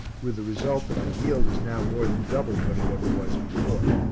with the result that the yield is now more than double what it ever was before.